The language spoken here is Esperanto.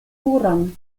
puran